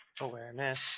awareness